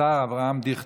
השר אברהם דיכטר,